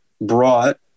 brought